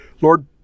Lord